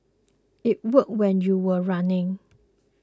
it worked when you were running